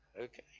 Okay